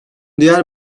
diğer